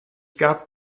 gab